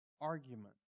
argument